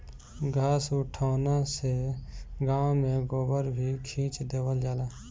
घास उठौना से गाँव में गोबर भी खींच देवल जाला